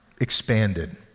expanded